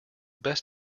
best